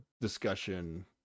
discussion